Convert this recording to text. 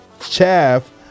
Chaff